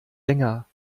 länger